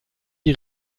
die